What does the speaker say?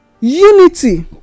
unity